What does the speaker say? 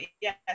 yes